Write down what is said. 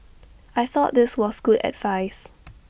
I thought this was good advice